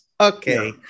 Okay